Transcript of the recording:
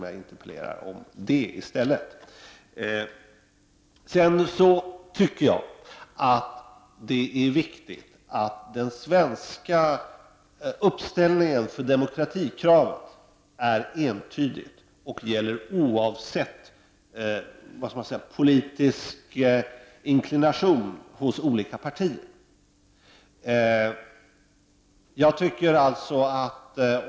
Jag tycker det är viktigt att den svenska uppställningen för demokratikravet är entydig och gäller oavsett politisk inklination hos olika partier.